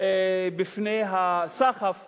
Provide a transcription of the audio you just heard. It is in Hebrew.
בפני הסחף הזה.